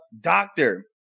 doctor